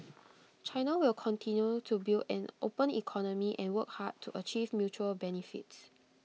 China will continue to build an open economy and work hard to achieve mutual benefits